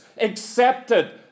accepted